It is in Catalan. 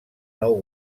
nou